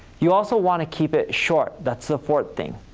you also want to keep it short, that's the fourth thing.